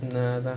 நா தான்:naa thaan